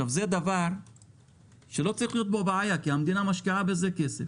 זה דבר שלא צריכה להיות בו בעיה כי המדינה משקיעה בזה כסף.